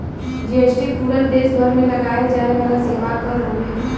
GST पूरा देस भर में लगाये जाये वाला सेवा कर हउवे